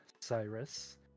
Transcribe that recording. Cyrus